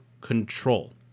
control